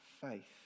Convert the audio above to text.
faith